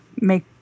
make